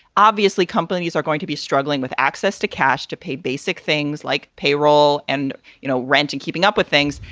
obviously, companies are going to be struggling with access to cash to pay basic things like payroll and you know rent and keeping up with things.